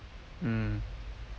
mm